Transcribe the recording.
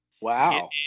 Wow